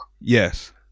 Yes